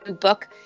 book